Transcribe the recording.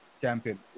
champion